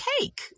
cake